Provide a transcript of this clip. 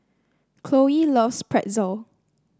Khloe loves Pretzel